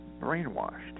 brainwashed